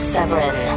Severin